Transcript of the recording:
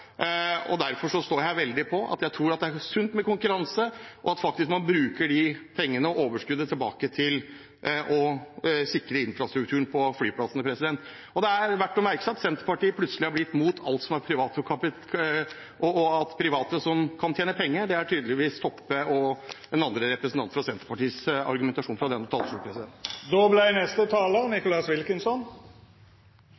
Og derfor står jeg veldig på at jeg tror det er sunt med konkurranse, og at man bruker pengene og overskuddet til å sikre infrastrukturen på flyplassene. Det er verdt å merke seg at Senterpartiet plutselig er blitt mot alt som er privat. Private som kan tjene penger, er tydeligvis argumentasjonen til Toppe og den andre representanten fra Senterpartiet fra denne talerstolen.